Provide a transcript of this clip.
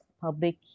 public